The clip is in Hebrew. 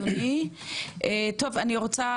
אני רוצה